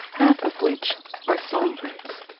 half of which are songbirds.